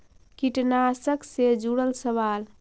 कीटनाशक से जुड़ल सवाल?